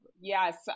Yes